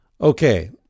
Okay